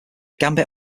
gambit